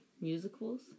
musicals